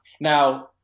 Now